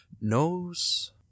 Knows